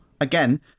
again